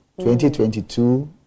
2022